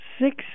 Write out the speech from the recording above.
six